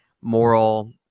moral